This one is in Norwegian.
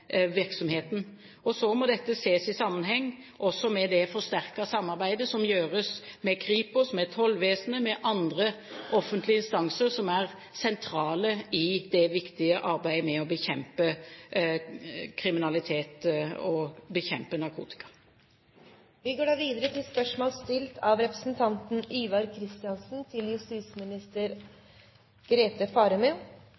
virksomheten. Så må dette ses i sammenheng også med det forsterkede samarbeidet med Kripos, med Tollvesenet, med andre offentlige instanser som er sentrale i det viktige arbeidet med å bekjempe kriminalitet og bekjempe narkotika.